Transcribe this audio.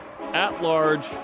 at-large